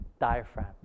diaphragm